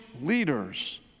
leaders